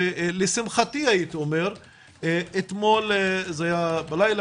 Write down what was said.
לשמחתי אתמול בלילה,